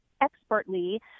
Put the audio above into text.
expertly